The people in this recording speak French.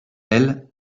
elles